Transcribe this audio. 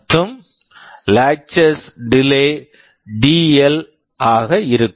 மற்றும் latches delay latches delay dL ஆக இருக்கும்